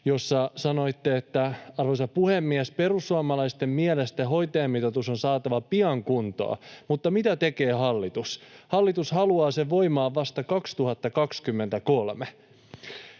jolloin sanoitte: ”Arvoisa puhemies! Perussuomalaisten mielestä hoitajamitoitus on saatava pian kuntoon, mutta mitä tekee hallitus? Hallitus haluaa sen voimaan vasta 2023.”